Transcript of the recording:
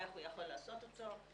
איך הוא יכול לעשות אותו.